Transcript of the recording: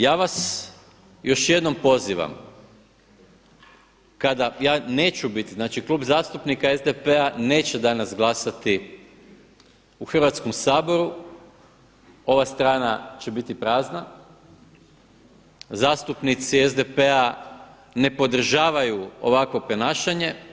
Ja vas još jednom pozivam kada, ja neću biti, znači Klub zastupnika SPD-a neće danas glasati u Hrvatskom saboru, ova strana će biti prazna, zastupnici SDP-a ne podržavaju ovakvo ponašanje.